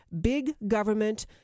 big-government